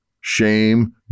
Shame